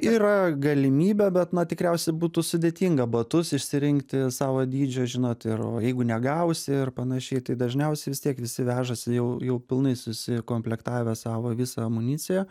yra galimybė bet na tikriausiai būtų sudėtinga batus išsirinkti savo dydžio žinot ir o jeigu negausi ir panašiai tai dažniausiai vis tiek visi vežasi jau jau pilnai susikomplektavę savo visą amuniciją